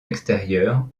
extérieurs